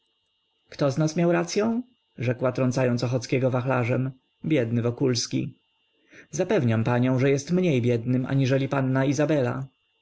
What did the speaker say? kto z nas miał racyą rzekła trącając ochockiego wachlarzem biedny wokulski zapewniam panią że jest mniej biednym aniżeli panna izabela